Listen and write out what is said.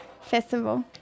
festival